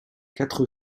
quatre